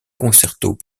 concertos